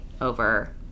over